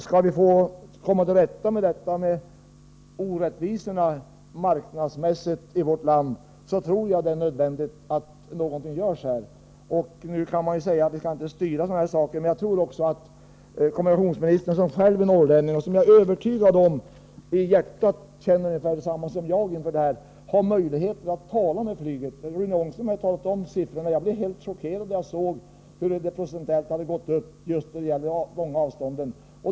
Skall vi komma till rätta med de marknadsmässiga orättvisorna i vårt land, tror jag att det är nödvändigt att något görs. Det kan ju sägas att vi inte skall styra på detta område. Men jag tror att kommunikationsministern, som själv är norrlänning och som, det är jag övertygad om, i hjärtat torde känna detsamma som jag, har möjlighet att tala med företrädare för Linjeflyg. Rune Ångström har redovisat siffrorna. Jag blev chockerad då jag såg uppgifterna om den procentuella ökningen just beträffande de långa avstånden.